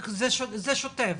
בשוטף.